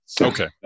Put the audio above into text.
Okay